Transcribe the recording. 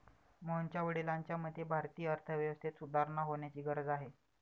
मोहनच्या वडिलांच्या मते, भारतीय अर्थव्यवस्थेत सुधारणा होण्याची गरज आहे